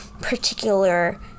particular